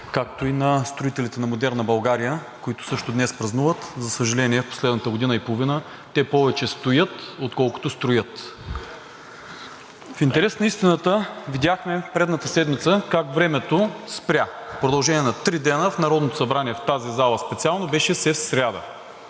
както и на строителите на модерна България, които също празнуват днес. За съжаление, последната година и половина те повече стоят, отколкото строят. В интерес на истината видяхме предната седмица как времето спря в продължение на три дни в Народното събрание, в тази зала специално беше все сряда.